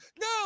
No